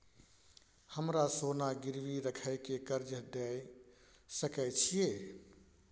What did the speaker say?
हमरा सोना गिरवी रखय के कर्ज दै सकै छिए?